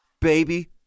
Baby